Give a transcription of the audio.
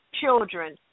children